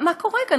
מה קורה כאן?